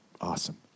Awesome